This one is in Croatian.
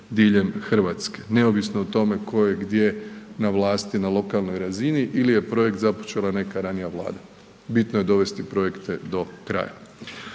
diljem RH neovisno o tome tko je gdje na vlasti na lokalnoj razini ili je projekt započela neka ranija Vlada, bitno je dovesti projekte do kraja.